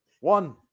One